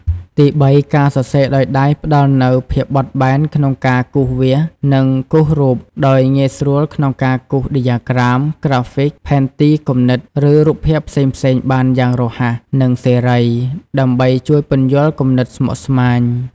ទីបី ការសរសេរដោយដៃផ្ដល់នូវ ភាពបត់បែនក្នុងការគូសវាស និងគូររូប ដោយងាយស្រួលក្នុងការគូសដ្យាក្រាម ក្រាហ្វិក ផែនទីគំនិត ឬរូបភាពផ្សេងៗបានយ៉ាងរហ័ស និងសេរី ដើម្បីជួយពន្យល់គំនិតស្មុគស្មាញ។